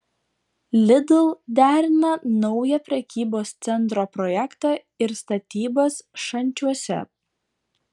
lidl derina naują prekybos centro projektą ir statybas šančiuose